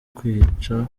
kwica